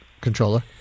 Controller